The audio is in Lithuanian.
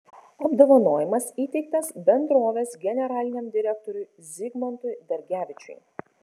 apdovanojimas įteiktas bendrovės generaliniam direktoriui zigmantui dargevičiui